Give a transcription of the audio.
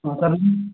हा सर